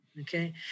Okay